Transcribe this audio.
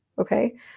okay